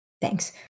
thanks